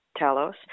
Talos